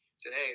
today